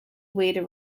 weighed